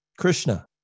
Krishna